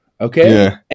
Okay